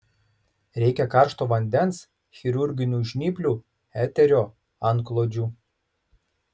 reikia karšto vandens chirurginių žnyplių eterio antklodžių